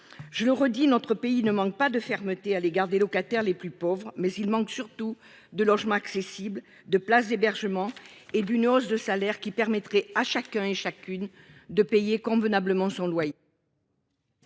Je le redis, notre pays ne manque pas de fermeté à l'égard des locataires les plus pauvres, mais il manque surtout de logements accessibles de places d'hébergement et d'une hausse de salaire qui permettrait à chacun et chacune de payer convenablement son loyer.